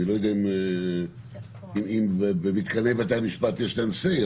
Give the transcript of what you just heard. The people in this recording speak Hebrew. אני לא יודע אם במתקני בתי המשפט יש להם say,